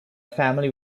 family